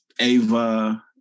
Ava